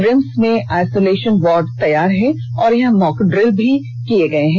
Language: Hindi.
रिम्स में आयसुलेषन वार्ड तैयार है और यहां मॉक ड्रिल भी किया गया है